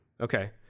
Okay